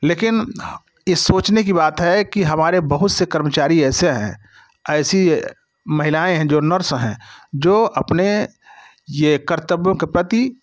लेकिन ये सोचने कि बात है कि हमारे बहुत से कर्मचारी ऐसे हैं ऐसी महिलाएँ जो नर्स हैं जो अपने ये कर्तव्यों के प्रति